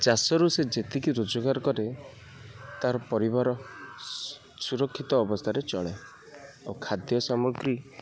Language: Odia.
ଚାଷରୁ ସେ ଯେତିକି ରୋଜଗାର କରେ ତା'ର ପରିବାର ସୁରକ୍ଷିତ ଅବସ୍ଥାରେ ଚଳେ ଓ ଖାଦ୍ୟ ସାମଗ୍ରୀ